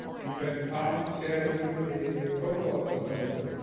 in fact, tom shared um a photo of us, today.